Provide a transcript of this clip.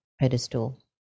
pedestal